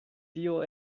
tio